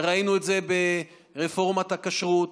ראינו את זה ברפורמת הכשרות,